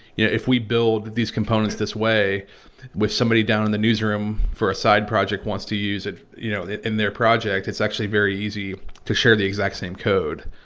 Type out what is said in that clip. you know, if we build these components this way with somebody down on and the newsroom for a side project wants to use it, you know, in their project, it's actually very easy to share the exact same code.